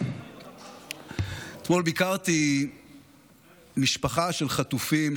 אתמול ביקרתי משפחה של חטופים,